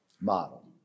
model